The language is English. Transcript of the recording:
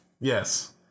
Yes